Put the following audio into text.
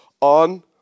on